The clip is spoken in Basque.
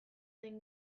den